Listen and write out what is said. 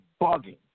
bugging